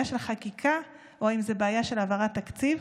של חקיקה או זו בעיה של העברת תקציב,